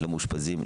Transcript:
למאושפזים,